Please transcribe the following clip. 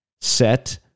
Set